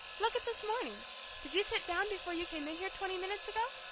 look at this morning did you sit down before you came in here twenty minutes ago?